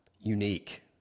unique